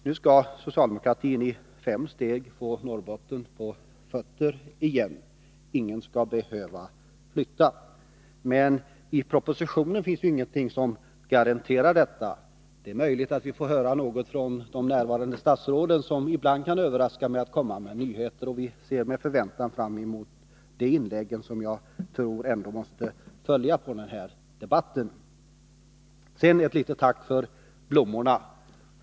Nu skall socialdemokratin i fem steg få Norrbotten på fötter igen. Ingen skall behöva flytta. I propositionen finns emellertid ingenting som garanterar detta. Det är möjligt att vi får besked från något av de närvarande statsråden, som ibland kan överraska genom att komma med nyheter. Vi ser med förväntan fram emot de inlägg som jag tror måste följa på denna debatt. Sedan ett litet tack för blommorna.